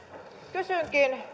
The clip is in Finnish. kysynkin